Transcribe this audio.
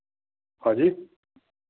हाँ जी